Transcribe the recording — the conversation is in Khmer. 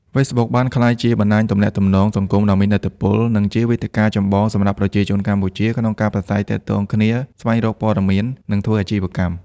Facebook បានក្លាយជាបណ្តាញទំនាក់ទំនងសង្គមដ៏មានឥទ្ធិពល និងជាវេទិកាចម្បងសម្រាប់ប្រជាជនកម្ពុជាក្នុងការប្រាស្រ័យទាក់ទងគ្នា ស្វែងរកព័ត៌មាន និងធ្វើអាជីវកម្ម។